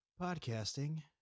podcasting